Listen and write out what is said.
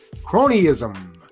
Cronyism